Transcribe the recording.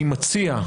אני מציע,